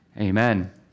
Amen